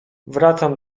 wracam